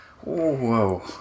Whoa